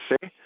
see